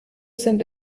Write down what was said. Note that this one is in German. sind